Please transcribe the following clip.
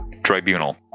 Tribunal